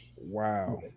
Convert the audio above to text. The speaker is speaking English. Wow